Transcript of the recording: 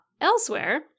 elsewhere